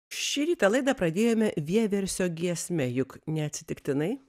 šį rytą laidą pradėjome vieversio giesme juk neatsitiktinai